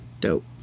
Dope